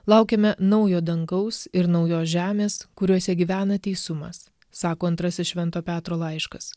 laukiame naujo dangaus ir naujos žemės kuriuose gyvena teisumas sako antrasis švento petro laiškas